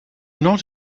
not